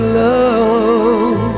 love